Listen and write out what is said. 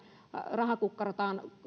rahakukkaroaan